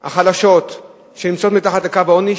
חלשות שנמצאות מתחת לקו העוני,